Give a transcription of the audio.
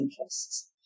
interests